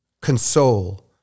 console